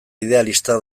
idealista